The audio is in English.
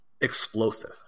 explosive